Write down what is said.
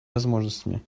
возможностями